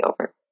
over